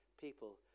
people